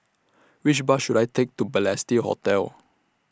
Which Bus should I Take to Balestier Hotel